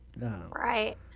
Right